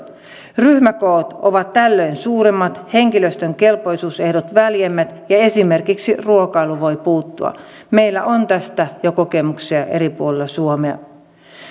ryhmäkoot ovat tällöin suuremmat henkilöstön kelpoisuusehdot väljemmät ja esimerkiksi ruokailu voi puuttua meillä on tästä jo kokemuksia eri puolilla suomea